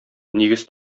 нигез